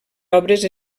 obres